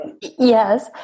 Yes